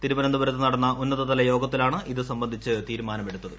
തിരുവനന്തപുരത്ത് നടന്ന ഉന്നതതലയോഗത്തിലാണ് ഇത് സംബന്ധിച്ച് തീരുമാനമെടുത്തത്